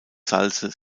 salze